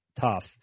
tough